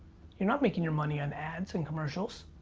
you're not making your money on ads and commercials.